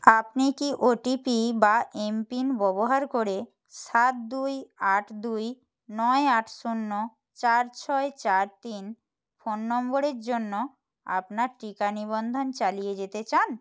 আপনি কি ওটিপি বা এমপিন ব্যবহার করে সাত দুই আট দুই নয় আট শূন্য চার ছয় চার তিন ফোন নম্বরের জন্য আপনার টিকা নিবন্ধন চালিয়ে যেতে চান